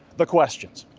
the questions.